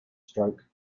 stroke